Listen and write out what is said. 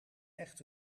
echt